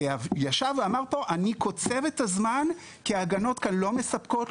נאמר פה אז שקוצבים את הזמן כי ההגנות לא מספקות,